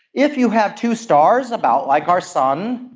if you have two stars, about like our sun,